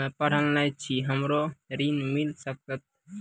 हम्मे पढ़ल न छी हमरा ऋण मिल सकत?